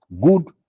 good